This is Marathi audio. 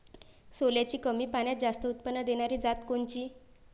सोल्याची कमी पान्यात जास्त उत्पन्न देनारी जात कोनची?